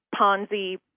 Ponzi